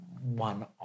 one